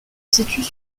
situent